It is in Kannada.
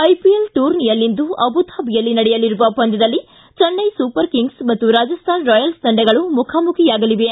ಐಪಿಎಲ್ ಟೂರ್ನಿಯಲ್ಲಿಂದು ಅಬುಧಾಬಿಯಲ್ಲಿ ನಡೆಯಲಿರುವ ಪಂದ್ದದಲ್ಲಿ ಚೆನ್ನೈ ಸೂಪರ್ ಕಿಂಗ್ಸ್ ಹಾಗೂ ರಾಜಸ್ತಾನ ರಾಯಲ್ಲ್ ತಂಡಗಳು ಮುಖಾಮುಖಿಯಾಗಲಿವೆ